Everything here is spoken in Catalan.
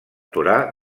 torà